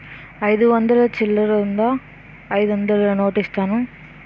అయిదు వందలు చిల్లరుందా అయిదొందలు నోటిస్తాను?